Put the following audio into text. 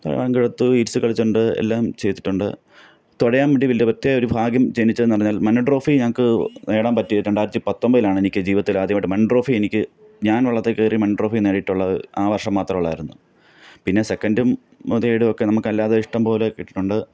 പങ്കെടുത്തു ഈറ്റ്സ് കളിച്ചുകൊണ്ട് എല്ലാം ചെയ്തിട്ടുണ്ട് തുഴയാൻ വേണ്ടി വലിയ പ്രത്യേകമൊരു ഭാഗ്യം ജനിച്ചതെന്നറിഞ്ഞാൽ മന്നം ട്രോഫി ഞങ്ങൾക്ക് നേടാൻ പറ്റിയിട്ടുണ്ട് രണ്ടായിരത്തി പത്തൊമ്പതിലാണ് എനിക്ക് ജീവിതത്തിലാദ്യമായിട്ട് മന്നം ട്രോഫി എനിക്ക് ഞാൻ വള്ളത്തിൽക്കയറി മന്നം ട്രോഫി നേടിയിട്ടുള്ളത് ആ വർഷം മാത്രമേ ഉള്ളുവായിരുന്നു പിന്നെ സെക്കൻ്റും തേഡുമൊക്കെ നമുക്കല്ലാതെ ഇഷ്ടംപോലെ കിട്ടിയിട്ടുണ്ട്